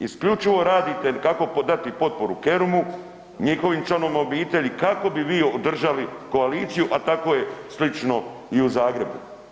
Isključivo radite kako dati potporu Kerumu, njihovim članovima obitelji kako bi vi održali koaliciju, a tako je slično i u Zagrebu.